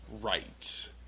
right